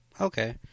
okay